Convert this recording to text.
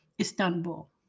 Istanbul